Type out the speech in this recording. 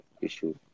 issue